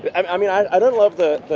but um i mean, i don't love the,